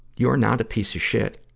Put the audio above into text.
you're not a piece of shit.